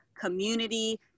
community